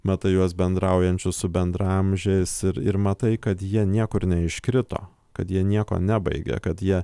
matai juos bendraujančius su bendraamžiais ir ir matai kad jie niekur neiškrito kad jie nieko nebaigė kad jie